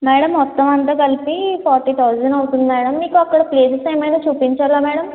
madam మొత్తం అంతా కలిపి ఫోర్టీ థౌజండ్ అవుతుంది మేడం మీకు అక్కడ ప్లేసెస్ ఏమైనా చూపించాలా మేడం